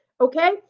okay